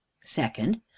second